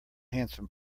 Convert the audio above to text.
handsome